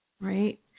right